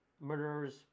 murderers